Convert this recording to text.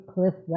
Cliff